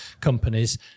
companies